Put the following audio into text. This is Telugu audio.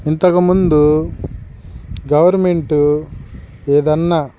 ఇంతకుముందు గవర్నమెంటు ఏదైనా